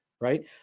right